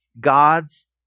God's